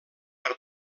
per